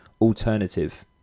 alternative